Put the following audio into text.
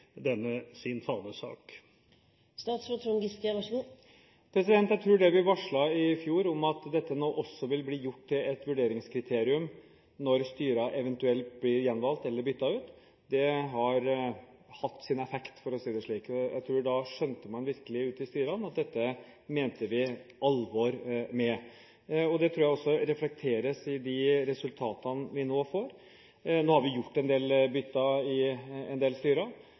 sin fanesak? Jeg tror det vi varslet i fjor om at dette nå også vil bli gjort til et vurderingskriterium når styrene eventuelt blir gjenvalgt eller byttet ut, har hatt sin effekt, for å si det slik. Da tror jeg man virkelig skjønte ute i styrene at dette mente vi alvor med. Det tror jeg også reflekteres i de resultatene vi nå får. Nå har vi gjort en del bytter i en del styrer,